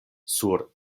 sur